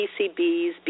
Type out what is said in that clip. PCBs